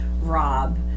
rob